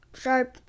sharp